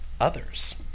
others